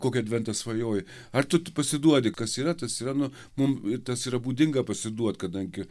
kokį adventą svajoji ar tu pasiduodi kas yra tas yra nu mum tas yra būdinga pasiduot kadangi